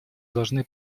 должны